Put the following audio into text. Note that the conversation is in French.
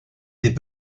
des